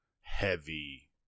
heavy